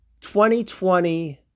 2020